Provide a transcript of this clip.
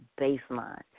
baseline